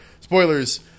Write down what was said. spoilers